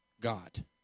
God